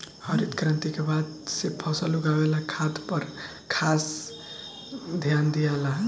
हरित क्रांति के बाद से फसल उगावे ला खाद पर खास ध्यान दियाला